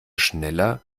schneller